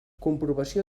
comprovació